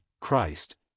Christ